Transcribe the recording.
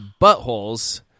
buttholes